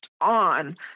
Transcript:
on